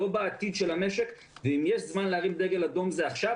לא בעתיד של המשק ואם יש זמן להרים דגל אדום זה עכשיו,